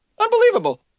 Unbelievable